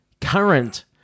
current